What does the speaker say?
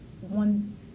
one